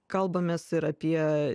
kalbamės ir apie